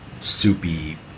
soupy